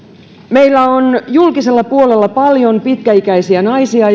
meillä on julkisella puolella paljon pitkäikäisiä naisia